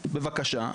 בבקשה,